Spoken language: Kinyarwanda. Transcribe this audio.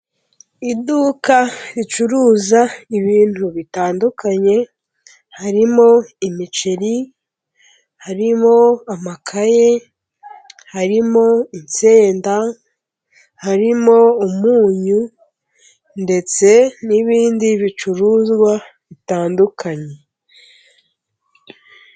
Iduka ricuruza ibintu bitandukanye: harimo imiceri, harimo amakaye, harimo insenda, harimo umunyu ndetse n'ibindi bicuruzwa bitandukanye.